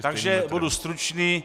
Takže budu stručný.